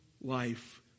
life